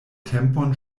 tempon